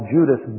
Judas